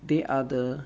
they are the